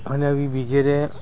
અને એવી વગેરે